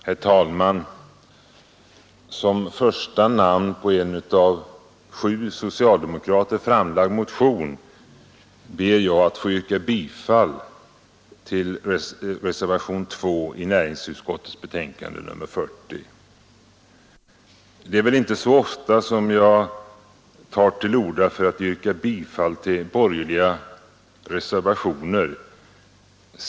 Herr talman! Som första namn på en av sju socialdemokrater framlagd motion ber jag att få yrka bifall till reservationen 2 vid näringsutskottets betänkande nr 40. Det är väl inte så ofta som jag tar till orda för att yrka bifall till borgerliga reservationer.